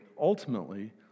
ultimately